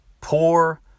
poor